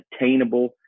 attainable